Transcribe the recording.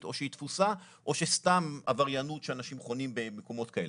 או שהיא תפוסה או סתם עבריינות של אנשים שחונים במקומות כאלה.